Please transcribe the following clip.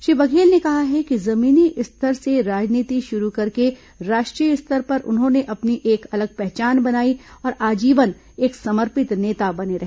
श्री बघेल ने कहा है कि जमीनी स्तर से राजनीति शुरु करके राष्ट्रीय स्तर पर उन्होंने अपनी एक अलग पहचान बनाई और आजीवन एक समर्पित नेता बने रहे